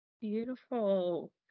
Beautiful